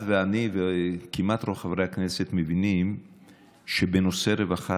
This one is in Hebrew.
את ואני וכמעט כל חברי הכנסת מבינים שבנושא רווחה